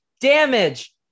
damage